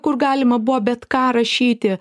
kur galima buvo bet ką rašyti